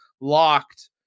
LOCKED